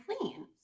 clean